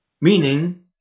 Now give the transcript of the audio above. Meaning